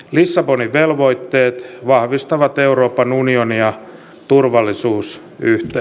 lissabonin velvoitteet vahvistavat euroopan unionia turvallisuusyhteisönä